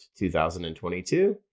2022